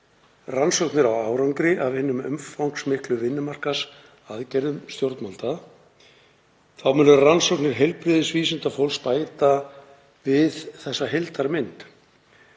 rannsóknir á árangri af hinum umfangsmiklu vinnumarkaðsaðgerðum stjórnvalda. Og þá munu rannsóknir heilbrigðisvísindafólks bæta við þessa heildarmynd.“